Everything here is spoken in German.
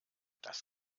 das